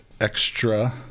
extra